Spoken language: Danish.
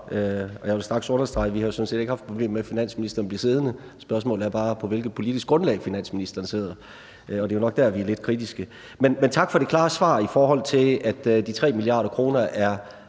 Og jeg vil straks understrege, at vi sådan set ikke har haft problemer med, at finansministeren blev siddende. Spørgsmålet er bare, på hvilket politisk grundlag finansministeren sidder, og det er nok der, vi er lidt kritiske. Men tak for det klare svar, i forhold til at de 3 mia. kr. er